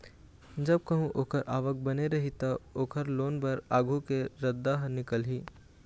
जब कहूँ ओखर आवक बने रही त, ओखर लोन बर आघु के रद्दा ह निकलही